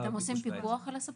אתם עושים פיקוח על הספקים?